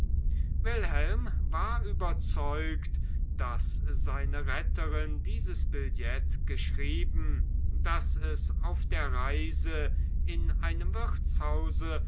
wilhelm war überzeugt daß seine retterin dieses billett geschrieben daß es auf der reise in einem wirtshause